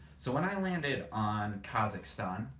so when i landed on kazakhstan,